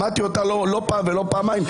שמעתי אותה לא פעם ולא פעמיים.